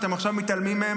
ועכשיו אתם מתעלמים מהם,